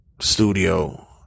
studio